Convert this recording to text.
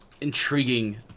intriguing